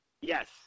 Yes